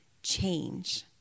change